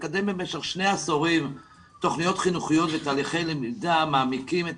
מקדם במשך שני עשורים תכניות חינוכיות ותהליכי למידה המעמיקים את